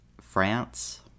France